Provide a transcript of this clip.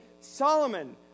Solomon